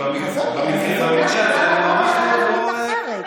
אז זה אומר שגם הרוב יכול היה להחליט אחרת.